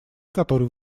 который